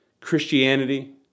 Christianity